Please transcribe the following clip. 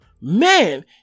Man